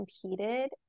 competed